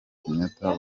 kenyatta